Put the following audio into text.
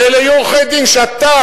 כי אלה יהיו עורכי-דין שאתה,